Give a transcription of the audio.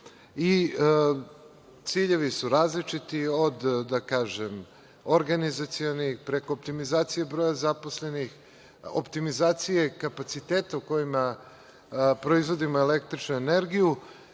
Evropi. Ciljevi su različiti, od organizacionih, preko optimizacije broja zaposlenih, optimizacije kapaciteta u kojima proizvodimo električnu energiju,